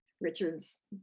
Richard's